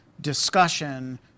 discussion